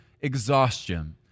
exhaustion